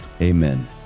Amen